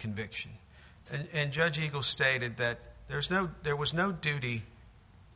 conviction and judge eagle stated that there's no there was no duty